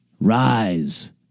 rise